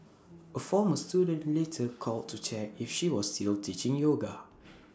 A former student later called to check if she was still teaching yoga